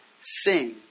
sing